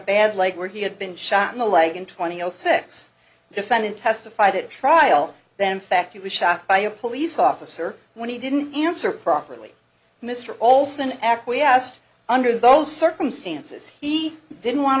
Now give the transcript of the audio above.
bad leg where he had been shot in the leg and twenty six defendant testified at trial then fact he was shot by a police officer when he didn't answer properly mr olson acquiesced under those circumstances he didn't want